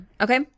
Okay